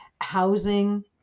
housing